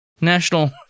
national